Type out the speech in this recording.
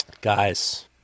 guys